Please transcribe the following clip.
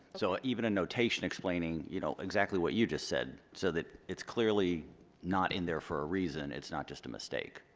so even a notation explaining, you know, exactly what you just said, so that it's clearly not in there for a reason, it's not just a mistake.